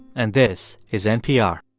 and this is npr